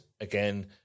again